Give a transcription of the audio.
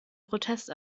protest